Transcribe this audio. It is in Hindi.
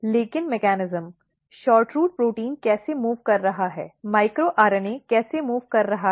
लेकिन मेकॅनिज्म SHORTROOT प्रोटीन कैसे मूव़ कर रहा है माइक्रो आरएनए कैसे मूव़ कर रहा है